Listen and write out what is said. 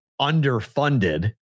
underfunded